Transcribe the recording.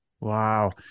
Wow